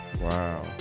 Wow